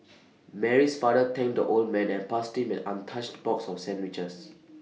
Mary's father thanked the old man and passed him an untouched box of sandwiches